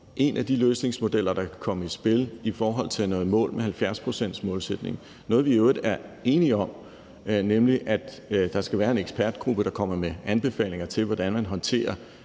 en af de løsningsmodeller, der kan komme i spil, når det gælder om at komme i mål med 70-procentsmålsætningen. Det er jo i øvrigt noget, vi er enige om, nemlig at der skal være en ekspertgruppe, som kommer med anbefalinger til, hvordan man håndterer